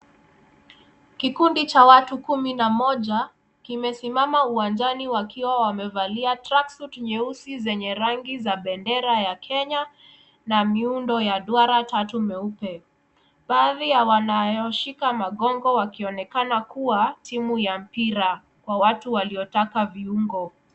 Kikundi cha watu kumi na moja kimesimama uwanjani wakiwa wamevalia tracksuit nyeusi zenye rangi za bendera ya kenya na miundo mbinu ya duara tatu nyeupe. Baadhi ya wanaoshika magomba wakionekana kuwa timu ya mpira kwa watu waliotaka viungo.